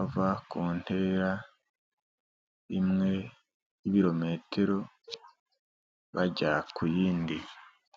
ava ku ntera imwe y'ibirometero bajya ku yindi.